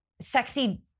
sexy